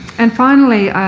and, finally,